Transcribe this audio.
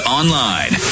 online